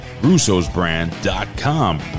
Russo'sBrand.com